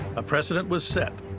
a precedent was set,